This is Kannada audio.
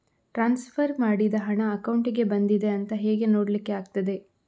ಟ್ರಾನ್ಸ್ಫರ್ ಮಾಡಿದ ಹಣ ಅಕೌಂಟಿಗೆ ಬಂದಿದೆ ಅಂತ ಹೇಗೆ ನೋಡ್ಲಿಕ್ಕೆ ಆಗ್ತದೆ?